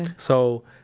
and so,